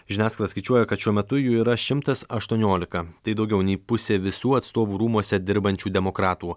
žiniasklaida skaičiuoja kad šiuo metu jų yra šimtas aštuoniolika tai daugiau nei pusė visų atstovų rūmuose dirbančių demokratų